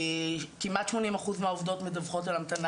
כמעט 80 אחוז מהעובדות מדווחות על המתנה